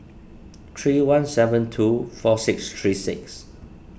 three one seven two four six three six